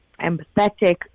empathetic